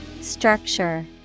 Structure